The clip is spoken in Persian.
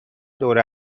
دور